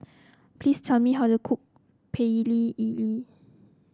please tell me how to cook Pecel Lele